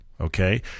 Okay